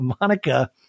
Monica